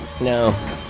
No